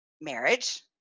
marriage